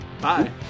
Bye